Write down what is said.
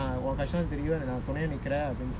went to the keppel reservoir correct